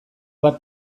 bat